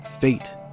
Fate